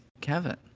kevin